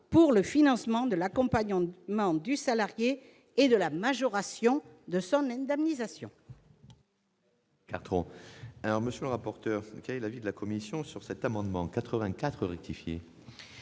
pour le financement de l'accompagnement du salarié et de la majoration de son indemnisation.